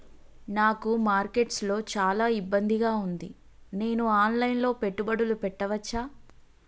నాకు మార్కెట్స్ లో చాలా ఇబ్బందిగా ఉంది, నేను ఆన్ లైన్ లో పెట్టుబడులు పెట్టవచ్చా?